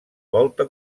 volta